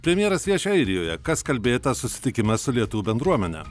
premjeras vieši airijoje kas kalbėta susitikime su lietuvių bendruomene